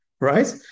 Right